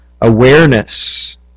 awareness